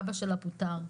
אבא שלה פוטר,